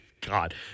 God